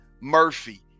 Murphy